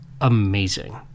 amazing